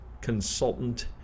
Consultant